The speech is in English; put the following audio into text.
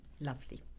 lovely